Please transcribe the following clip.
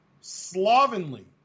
slovenly